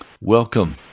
welcome